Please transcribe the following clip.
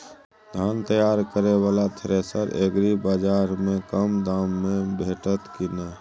धान तैयार करय वाला थ्रेसर एग्रीबाजार में कम दाम में भेटत की नय?